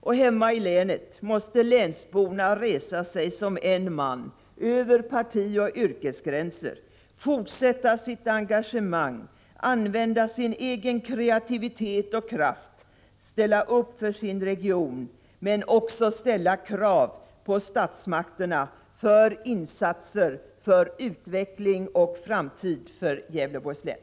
Och hemma i länet måste länsborna resa sig som en man -— över partioch yrkesgränser —, fortsätta sitt engagemang, använda sig egen kreativitet och kraft, ställa upp för sin region, men också ställa krav på statsmakterna för insatser, för utveckling och framtid i Gävleborgs län.